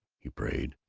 he prayed.